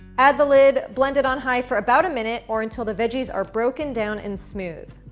add the lid, blend it on high for about a minute or until the veggies are broken down and smooth.